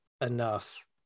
enough